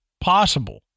possible